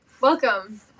Welcome